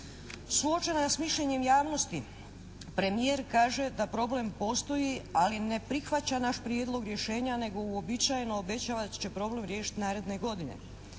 Suočena je s mišljenjem javnosti. Premijer kaže da problem postoji, ali ne prihvaća naš prijedlog rješenja, nego uobičajeno obećava da će problem riješiti naredne godine.